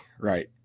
right